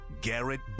Garrett